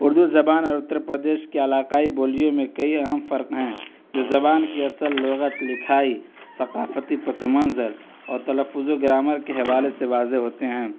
اردو زبان اور اتر پردیش کے علاقائی بولیوں میں کئی اہم فرق ہیں جو زبان کی اصل لغت لکھائی ثقافتی پس منظر اور تلفظ و گرامر کے حوالے سے واضح ہوتے ہیں